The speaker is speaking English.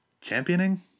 championing